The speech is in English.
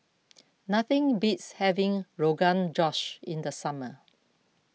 nothing beats having Rogan Josh in the summer